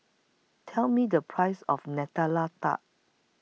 Tell Me The Price of Nutella Tart